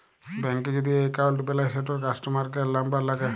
ব্যাংকে যদি এক্কাউল্ট বেলায় সেটর কাস্টমার কেয়ার লামবার ল্যাগে